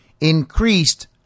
increased